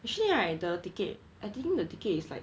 actually right the ticket I think the ticket is like